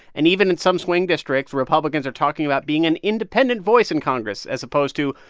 and even in some swing districts, republicans are talking about being an independent voice in congress as opposed to,